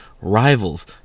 rivals